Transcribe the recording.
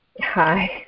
Hi